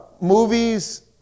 movies